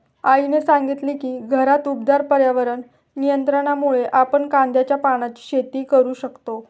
आईने सांगितले की घरात उबदार पर्यावरण नियंत्रणामुळे आपण कांद्याच्या पानांची शेती करू शकतो